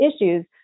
issues